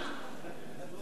בינתיים הוא